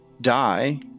die